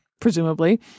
presumably